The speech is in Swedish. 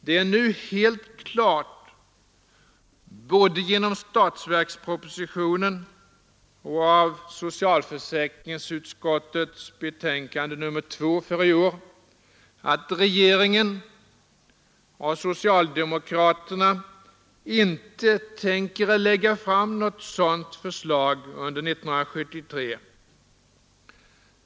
Det är nu helt klart, både av statsverkspropositionen och av socialförsäkringsutskottets betänkande nr 2 för i år, att regeringen och socialdemokraterna inte tänker lägga fram något sådant förslag under 1973.